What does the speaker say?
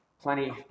plenty